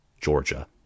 Georgia